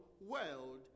world